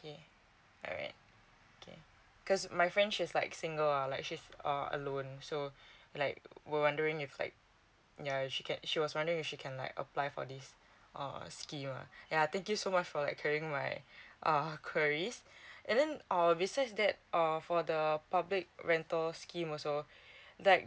okay alright okay cause my friend she's like single uh like she's a alone so like we're wondering if like yeah she kept she was wondering if she can like apply for this uh a scheme (la) ya thank you so much for like clearing my um queries and then uh besides that err for the uh public rental scheme also like